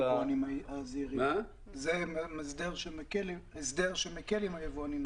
זה הסדר שמקל על היבואנים.